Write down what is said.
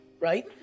right